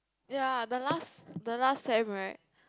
ya the last the last sem right